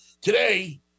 Today